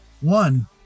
One